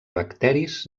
bacteris